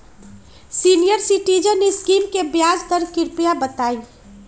senior citizen scheme के ब्याज दर कृपया बताईं